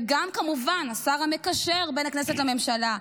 וגם כמובן השר המקשר בין הכנסת לממשלה,